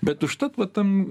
bet užtat va tam